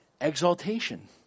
exaltation